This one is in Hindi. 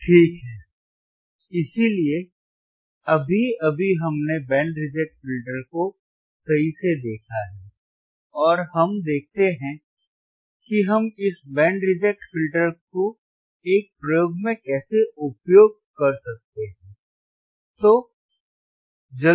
ठीक है इसलिए अभी अभी हमने बैंड रिजेक्ट फिल्टर को सही से देखा है और हम देखते हैं कि हम इस बैंड रिजेक्ट फिल्टर को एक प्रयोग में कैसे उपयोग कर सकते हैं